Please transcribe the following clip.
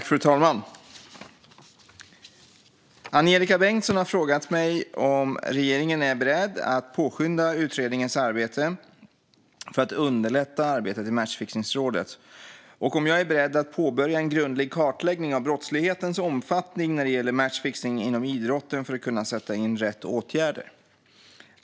Fru talman! Angelika Bengtsson har frågat mig om regeringen är beredd att påskynda utredningens arbete för att underlätta arbetet i matchfixningsrådet och om jag är beredd att påbörja en grundlig kartläggning av brottslighetens omfattning när det gäller matchfixning inom idrotten för att kunna sätta in rätt åtgärder.